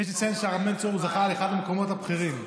ויש לציין שהרב בן צור זכה לאחד המקומות הבכירים.